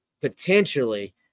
potentially